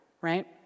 right